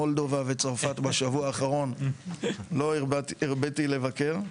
מולדובה וצרפת בשבוע האחרון לא הרביתי לבקר,